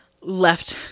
left